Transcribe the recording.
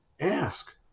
ask